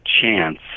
chance